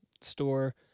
store